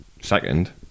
second